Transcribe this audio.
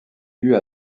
due